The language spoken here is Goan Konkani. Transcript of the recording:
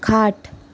खाट